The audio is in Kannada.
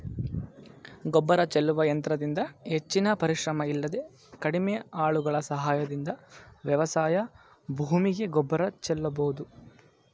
ಗೊಬ್ಬರ ಚೆಲ್ಲುವ ಯಂತ್ರದಿಂದ ಹೆಚ್ಚಿನ ಪರಿಶ್ರಮ ಇಲ್ಲದೆ ಕಡಿಮೆ ಆಳುಗಳ ಸಹಾಯದಿಂದ ವ್ಯವಸಾಯ ಭೂಮಿಗೆ ಗೊಬ್ಬರ ಚೆಲ್ಲಬೋದು